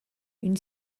une